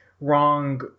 wrong